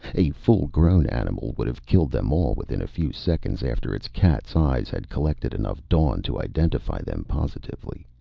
a full-grown animal would have killed them all, within a few seconds after its cat's-eyes had collected enough dawn to identify them positively.